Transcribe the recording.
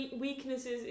weaknesses